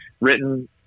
written